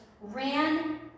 ran